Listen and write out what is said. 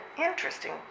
interesting